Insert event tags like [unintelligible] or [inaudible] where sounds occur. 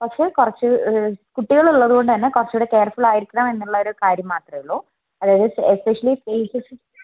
പക്ഷേ കുറച്ച് കുട്ടികളുള്ളതുകൊണ്ട് തന്നെ കുറച്ചുകൂടെ കെയർഫുൾ ആയിരിക്കണമെന്നുള്ള ഒരു കാര്യം മാത്രമേ ഉള്ളൂ അതായത് എഷ് എസ്പെഷ്യലി [unintelligible]